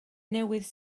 newydd